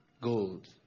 Gold